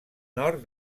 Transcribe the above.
nord